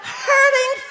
hurting